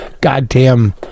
goddamn